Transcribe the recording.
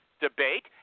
debate